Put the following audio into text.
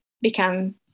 become